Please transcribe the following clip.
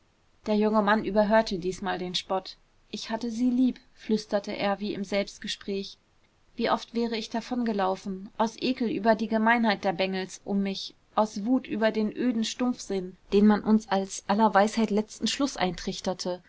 der junge mann überhörte diesmal den spott ich hatte sie lieb flüsterte er wie im selbstgespräch wie oft wäre ich davongelaufen aus ekel über die gemeinheit der bengels um mich aus wut über den öden stumpfsinn den man uns als aller weisheit letzten schluß eintrichterte